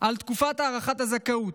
על הארכת תקופת הזכאות,